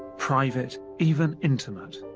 private, even intimate.